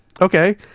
Okay